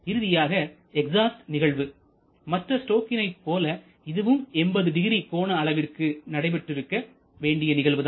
இறுதியாக எக்ஸாஸ்ட் நிகழ்வு மற்ற ஸ்ட்ரோக்களை போல இதுவும் 800 கோண அளவிற்கு நடைபெற்றிருக்க வேண்டிய நிகழ்வு தான்